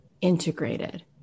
integrated